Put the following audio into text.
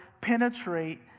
penetrate